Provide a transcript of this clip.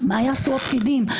מה יעשו הפקידים?